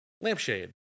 lampshade